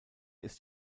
ist